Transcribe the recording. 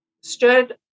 stood